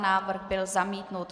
Návrh byl zamítnut.